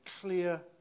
clear